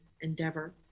endeavor